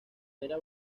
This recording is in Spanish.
era